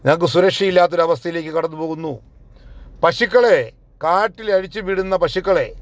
ഞങ്ങൾക്ക് സുരക്ഷയില്ലാത്ത ഒരു അവസ്ഥയിലേക്ക് കടന്ന് പോകുന്നു പശുക്കളെ കാട്ടിൽ അഴിച്ച് വിടുന്ന പശുക്കളെ